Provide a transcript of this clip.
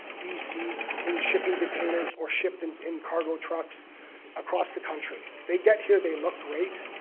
b c, in shipping containers or shipments in cargo trucks across the country. they get here, they look great,